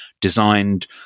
designed